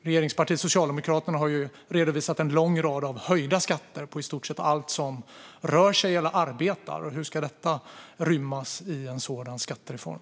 Regeringspartiet Socialdemokraterna har redovisat en lång rad höjda skatter på i stort sett allt som rör sig eller arbetar. Hur ska detta rymmas i en sådan skattereform?